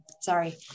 Sorry